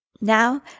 Now